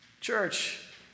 Church